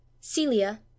celia